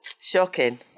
Shocking